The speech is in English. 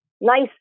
nice